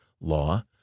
law